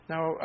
Now